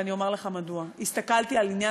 ואני אומר לך מדוע: הסתכלתי על עניין